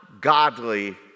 godly